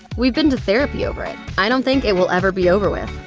we've been to therapy over it. i don't think it will ever be over with.